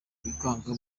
bikanga